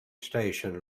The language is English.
station